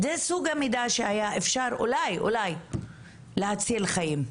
זה סוג המידע שהיה אפשר אולי אולי להציל חיים.